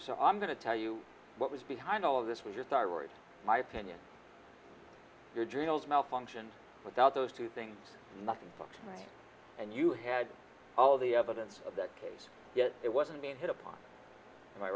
so i'm going to tell you what was behind all of this was your thyroid my opinion your journals malfunctions without those two things nothing fucks me and you had all the evidence of that case yet it wasn't being hit upon my